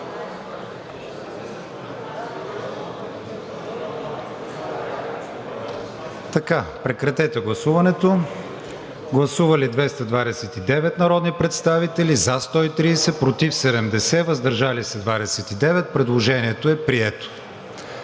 вече са тук. Гласуваме. Гласували 229 народни представители: за 130, против 70, въздържали се 29. Предложението е прието.